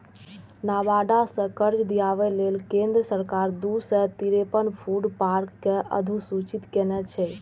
नाबार्ड सं कर्ज दियाबै लेल केंद्र सरकार दू सय तिरेपन फूड पार्क कें अधुसूचित केने छै